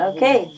Okay